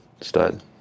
Stud